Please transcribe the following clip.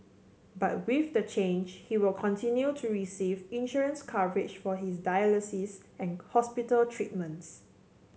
but with the change he will continue to receive insurance coverage for his dialysis and hospital treatments